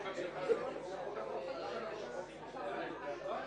עם ארבע רשויות לראות איך זה הולך,